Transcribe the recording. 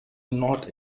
not